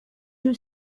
you